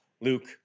luke